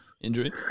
injury